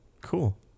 Cool